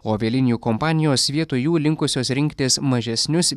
o avialinijų kompanijos vietoj jų linkusios rinktis mažesnius